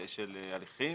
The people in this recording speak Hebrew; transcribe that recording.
של הליכים.